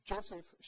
Joseph